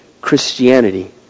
Christianity